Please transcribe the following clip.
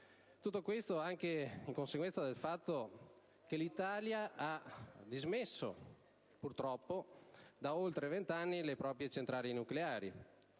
Tutto questo anche in conseguenza del fatto che l'Italia ha dismesso, purtroppo, da oltre vent'anni le proprie centrali nucleari,